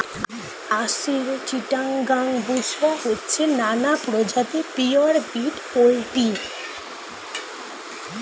আসিল, চিটাগাং, বুশরা হচ্ছে নানা প্রজাতির পিওর ব্রিড পোল্ট্রি